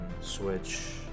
Switch